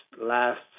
last